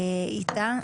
איתה.